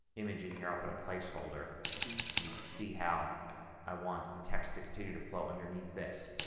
image in here. i'll put a place holder and you can see how i want the text to continue to flow underneath this.